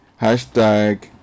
hashtag